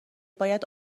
باید